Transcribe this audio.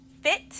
fit